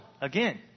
again